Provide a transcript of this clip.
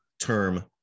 term